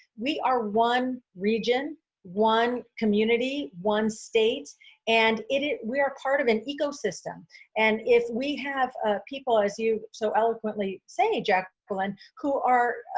we are one region one community one state and it is we are part of an ecosystem and if we have ah people as you so eloquently say jacqueline, who are ah,